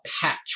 patch